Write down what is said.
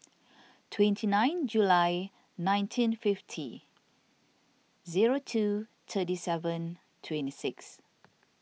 twenty nine July nineteen fifty zero two thirty seven twenty six